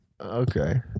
Okay